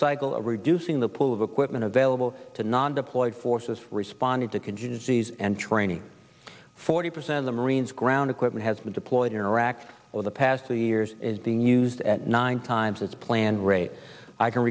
cycle of reducing the pool of equipment available to non deployed forces responded to confuse ease and training forty percent of the marines ground equipment has been deployed in iraq for the past two years is being used at nine times its planned raid i can